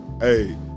hey